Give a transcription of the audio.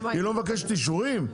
היא לא מבקשת אישורים?